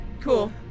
Cool